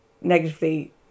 negatively